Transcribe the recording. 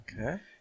Okay